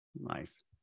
Nice